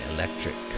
Electric